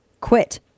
quit